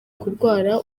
kurwara